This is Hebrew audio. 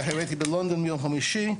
זה הראיתי בלונדון ביום חמישי,